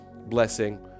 blessing